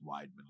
Weidman